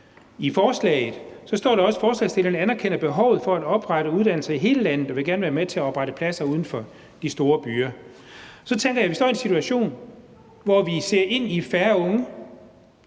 i forslaget, står der også: Forslagsstillerne anerkender behovet for at oprette uddannelser i hele landet og vil gerne være med til at oprette pladser uden for de store byer. Så tænker jeg: Vi står i en situation, hvor vi ser ind i, at der